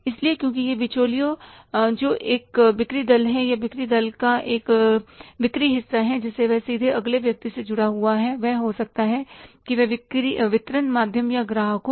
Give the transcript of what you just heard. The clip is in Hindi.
इसलिए क्योंकि वह बिचौलिया जो एक बिक्री बल है या बिक्री टीम का एक बिक्री हिस्सा है जिसे वह सीधे अगले व्यक्ति से जुड़ा हुआ है वह हो सकता है कि वह वितरण माध्यम या ग्राहक हो